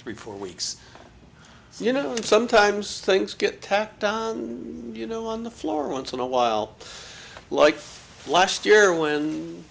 three four weeks so you know sometimes things get tacked on you know on the floor once in a while like last year when